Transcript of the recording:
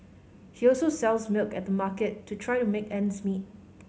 he also sells milk at the market to try to make ends meet